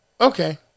Okay